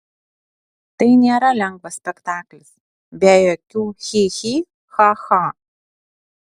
tai nėra lengvas spektaklis be jokių chi chi cha cha